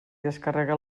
descarrega